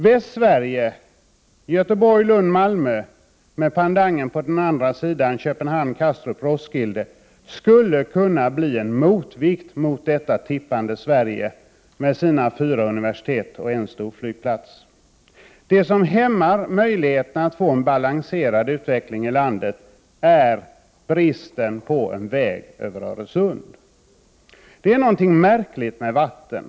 Västsverige, Göteborg—Lund—Malmö, med pendangen på den andra sidan, Köpenhamn—Kastrup— Roskilde, skulle med sina fyra universitet och sin stora flygplats kunna bli en motvikt Det som hämmar möjligheterna att få en balanserad utveckling i landet är 30 november 1988 avsaknaden av en väg över Öresund. Det är någonting märkligt med vatten.